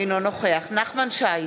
אינו נוכח נחמן שי,